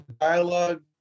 dialogue